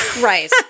Right